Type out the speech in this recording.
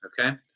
Okay